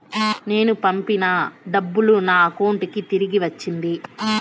నేను పంపిన డబ్బులు నా అకౌంటు కి తిరిగి వచ్చింది